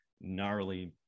gnarly